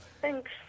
Thanks